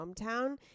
hometown –